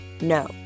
No